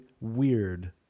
weird